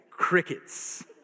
crickets